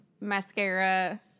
mascara